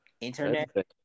Internet